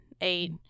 eight